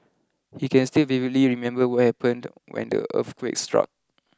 he can still vividly remember what happened when the earthquake struck